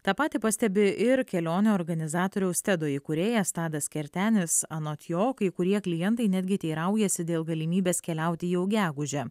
tą patį pastebi ir kelionių organizatoriaus tedo įkūrėjas tadas kertenis anot jo kai kurie klientai netgi teiraujasi dėl galimybės keliauti jau gegužę